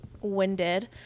winded